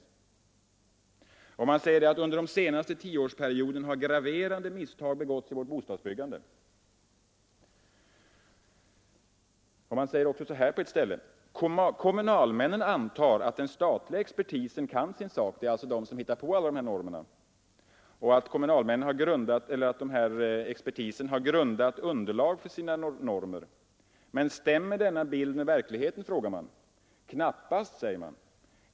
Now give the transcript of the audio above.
——— under den senaste 10 årsperioden har graverade misstag begåtts i vårt bostadsbyggande ———.” På ett ställe säger man så här: ”Kommunalmännen antar att den statliga expertisen kan sin sak” — det är alltså den som har hittat på alla de här normerna — ”att den har välgrundat underlag. Men stämmer denna bild av verkligheten? Knappast.